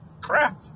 crap